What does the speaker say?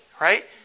right